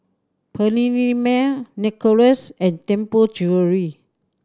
Perllini Mel Narcissus and Tianpo Jewellery